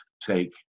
take